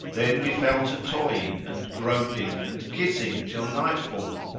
then we fell to toying and groping and kissing till night fall,